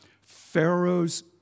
Pharaoh's